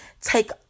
take